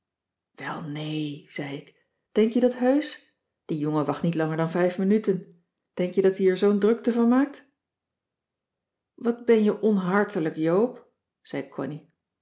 welnee zei ik denk je dat heusch die jongen wacht niet langer dan vijf minuten denk je dat die er zoo'n drukte van maakt wat ben je onhartelijk joop zei connie